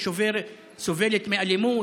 שסובלת מאלימות,